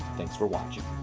thanks for watching.